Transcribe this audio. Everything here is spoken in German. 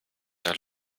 der